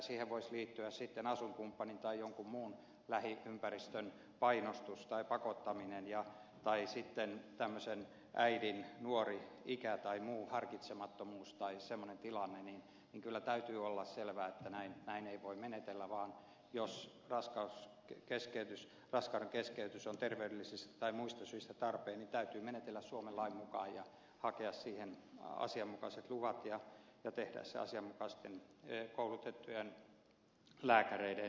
siihen voisi liittyä sitten asuinkumppanin tai jonkun muun lähiympäristön painostus tai pakottaminen tai sitten äidin nuori ikä tai muu harkitsemattomuus tai semmoinen tilanne joten kyllä täytyy olla selvää että näin ei voi menetellä vaan jos raskauden keskeytys on terveydellisistä tai muista syistä tarpeen niin täytyy menetellä suomen lain mukaan ja hakea siihen asianmukaiset luvat ja tehdä se asianmukaisesti koulutettujen lääkäreiden toimesta